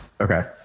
Okay